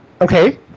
Okay